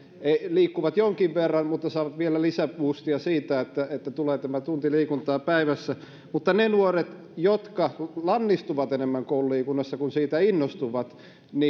liikkuvat jonkin verran ja saavat vielä lisäbuustia siitä että että tulee tämä tunti liikuntaa päivässä mutta entä ne nuoret jotka lannistuvat enemmän koululiikunnassa kuin siitä innostuvat